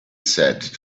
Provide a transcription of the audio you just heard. said